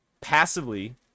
passively